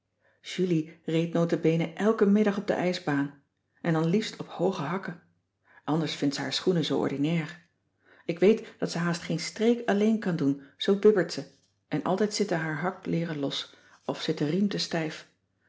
julie reed nota bene elken middag op de ijsbaan en dan liefst op hooge hakken anders vindt ze haar schoenen zoo ordinair ik weet dat ze haast geen streek alleen kan doen zoo bibbert ze en altijd zitten haar hakleeren los of zit de riem te stijf